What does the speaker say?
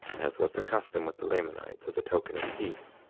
as was the custom with the lamanites, as a token of peace,